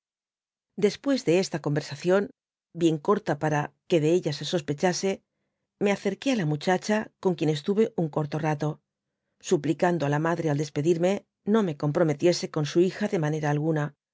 google después de esta conversación bien corta para que de ella se sospechase me acerqué á la mn chacha con quien estuve un corto rato supu cando á la madre al despedirme no me comprometiese con su hija de manera alguna